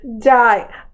Die